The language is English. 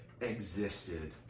existed